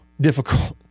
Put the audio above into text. difficult